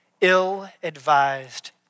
ill-advised